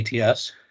ATS